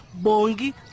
Bongi